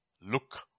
Look